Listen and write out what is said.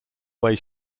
way